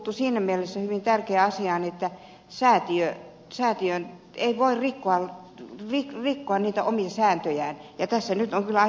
lehti puuttui hyvin tärkeään asiaan että säätiö ei voi rikkoa omia sääntöjään ja tässä nyt on kyllä aika pahasti rikottu